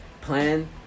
plan